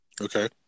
Okay